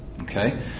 Okay